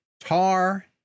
Tar